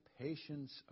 patience